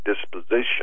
disposition